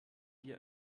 wir